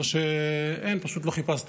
לא שאין, פשוט לא חיפשתי,